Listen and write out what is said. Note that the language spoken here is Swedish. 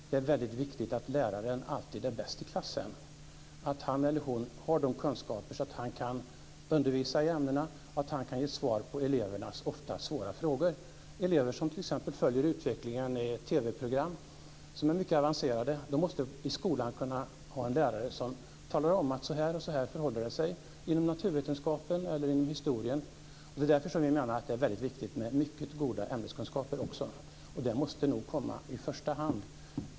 Det är viktigt att läraren alltid är bäst i klassen, att han eller hon har de kunskaper som krävs för att undervisa i ämnena och för att ge svar på elevernas ofta svåra frågor. Det kan vara elever som t.ex. följer utvecklingen i TV-program som är mycket avancerade. De måste i skolan ha en lärare som kan tala om hur det förhåller sig inom naturvetenskap eller inom historia. Det är därför vi menar att det är mycket viktigt med mycket goda ämneskunskaper. Och det måste nog komma i första hand.